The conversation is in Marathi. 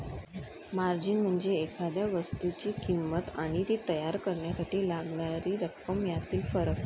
मार्जिन म्हणजे एखाद्या वस्तूची किंमत आणि ती तयार करण्यासाठी लागणारी रक्कम यातील फरक